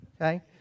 Okay